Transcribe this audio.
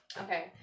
Okay